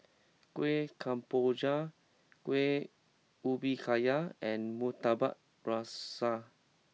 Kueh Kemboja Kueh Ubi Kayu and Murtabak Rusa